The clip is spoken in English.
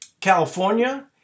California